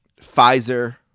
Pfizer